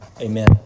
Amen